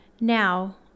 Now